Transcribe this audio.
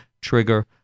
trigger